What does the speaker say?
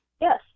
Yes